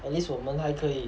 at least 我们还可以